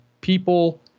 people